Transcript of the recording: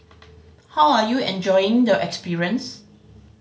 how are you enjoying the experience